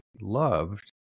loved